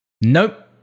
Nope